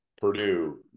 Purdue